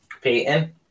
Peyton